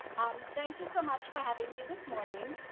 um thank you so much for having me this morning.